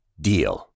DEAL